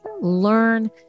learn